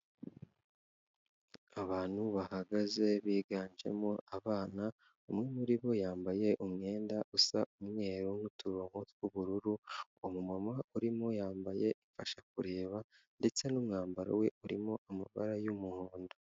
Abantu bahagaze biganjemo abana, umwe muri bo yambaye umwenda usa umweru, n'uturongo tw'ubururu, umumama urimo yambaye ibimufasha kureba ndetse n'umwambaro we urimo amabara y'umuhondo.